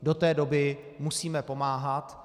Do té doby musíme pomáhat.